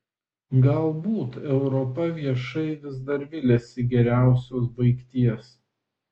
galbūt europa viešai vis dar viliasi geriausios baigties